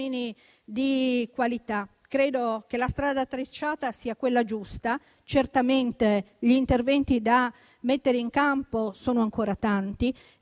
di qualità. Credo che la strada tracciata sia quella giusta. Certamente gli interventi da mettere in campo sono ancora tanti